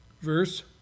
Verse